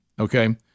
Okay